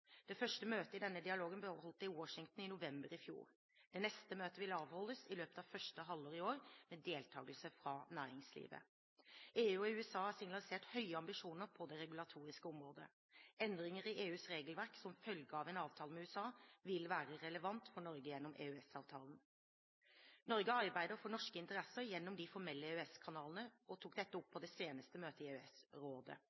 Det første møtet i denne dialogen ble holdt i Washington i november i fjor. Det neste møtet vil avholdes i løpet av første halvår i år med deltakelse fra næringslivet. EU og USA har signalisert høye ambisjoner på det regulatoriske området. Endringer i EUs regelverk som følge av en avtale med USA vil være relevant for Norge gjennom EØS-avtalen. Norge arbeider for norske interesser gjennom de formelle EØS-kanalene og tok dette opp